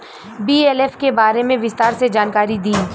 BLF के बारे में विस्तार से जानकारी दी?